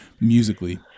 musically